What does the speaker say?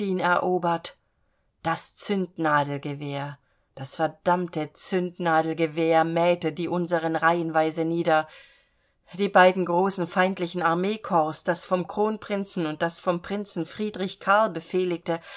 erobert das zündnadelgewehr das verdammte zündnadelgewehr mähte die unseren reihenweise nieder die beiden großen feindlichen armeekorps das vom kronprinzen und das vom prinzen friedrich karl befehligte